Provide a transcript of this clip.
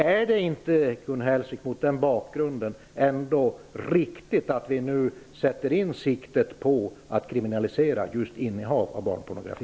Är det inte, Gun Hellsvik, mot den bakgrunden ändå riktigt att vi nu sätter in siktet på att kriminalisera just innehav av barnpornografi?